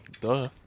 Duh